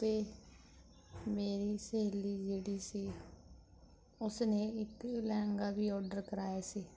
ਅਤੇ ਮੇਰੀ ਸਹੇਲੀ ਜਿਹੜੀ ਸੀ ਉਸ ਨੇ ਇੱਕ ਲਹਿੰਗਾ ਵੀ ਓਡਰ ਕਰਾਇਆ ਸੀ